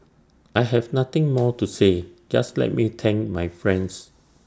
I have nothing more to say just let me thank my friends